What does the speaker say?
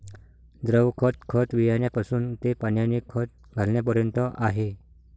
द्रव खत, खत बियाण्यापासून ते पाण्याने खत घालण्यापर्यंत आहे